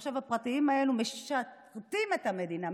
עכשיו, הפרטיים האלה משרתים את המדינה.